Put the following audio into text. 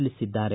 ತಿಳಿಸಿದ್ದಾರೆ